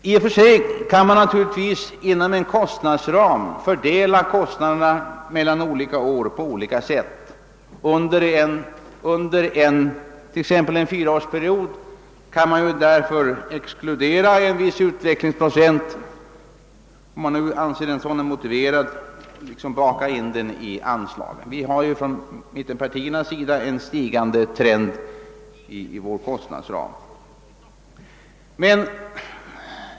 I och för sig kan man naturligtvis inom en kostnadsram fördela kostnaderna mellan olika år på olika sätt. Under t.ex. en fyraårsperiod kan man därför exkludera en viss utvecklingsprocent, om man nu anser detta motiverat, och liksom baka in den i anslagen. Mittenpartierna har tagit med en stigande trend i sin kostnadsram.